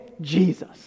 Jesus